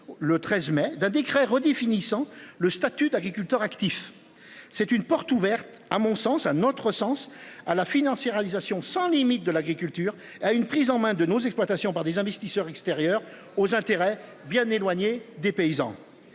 le 13 mai d'un décret redéfinissant le statut d'agriculteurs actifs. C'est une porte ouverte à mon sens un autre sens à la Financière réalisation sans limite de l'agriculture à une prise en main de nos exploitations par des investisseurs extérieurs aux intérêts bien éloignée des paysans.